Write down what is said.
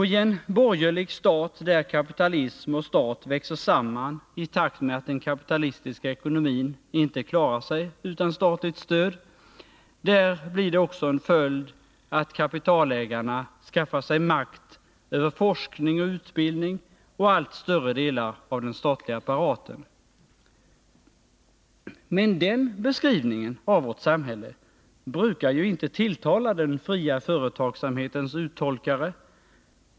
I en borgerlig stat, där kapitalism och stat växer samman i takt med att den kapitalistiska ekonomin inte klarar sig utan statligt stöd, blir en följd också att kapitalägarna skaffar sig makt över forskning, utbildning och allt större delar av den statliga apparaten. Men den beskrivningen av vårt samhälle brukar inte tilltala den fria företagssamhetens uttolkare.